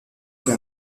fue